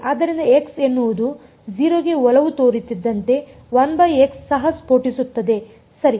ಆದ್ದರಿಂದ x ಎನ್ನೋವುದು 0 ಗೆ ಒಲವು ತೋರುತ್ತಿದ್ದಂತೆ 1 x ಸಹ ಸ್ಫೋಟಿಸುತ್ತದೆ ಸರಿ